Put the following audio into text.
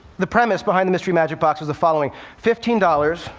the premise behind the mystery magic box was the following fifteen dollars